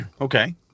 Okay